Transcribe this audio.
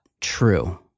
true